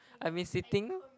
I've been sitting